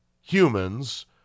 humans